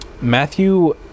Matthew